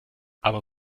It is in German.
aber